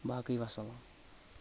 باقٕے وسلام